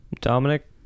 dominic